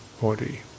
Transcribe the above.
body